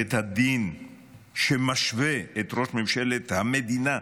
בית דין שמשווה את ראש ממשלת המדינה,